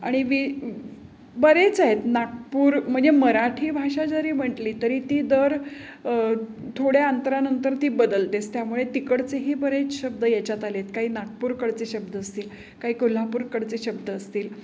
आणि वी बरेच आहेत नागपूर म्हणजे मराठी भाषा जरी म्हटली तरी ती दर थोड्या अंतरानंतर ती बदलतेच त्यामुळे तिकडचेही बरेच शब्द याच्यात आलेत काही नागपूरकडचे शब्द असतील काही कोल्हापूरकडचे शब्द असतील